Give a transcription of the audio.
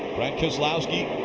brad keselowski,